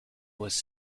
was